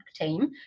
team